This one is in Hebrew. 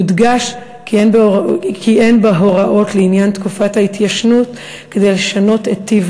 יודגש כי אין בהוראות לעניין תקופת ההתיישנות כדי לשנות את טיב